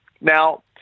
Now